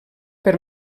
per